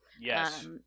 Yes